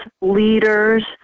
leaders